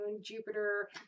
Jupiter